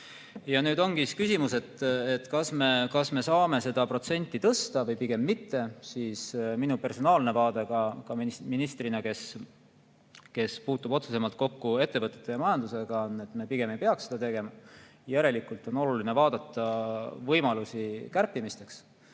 Nüüd ongi küsimus, kas me saame seda protsenti tõsta või pigem mitte. Minu personaalne vaade ka ministrina, kes puutub otsesemalt kokku ettevõtete ja majandusega, on, et me pigem ei peaks seda tegema. Järelikult on oluline vaadata kärpimise